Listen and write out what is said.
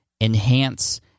enhance